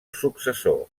successor